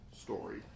story